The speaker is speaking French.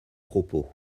propos